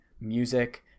music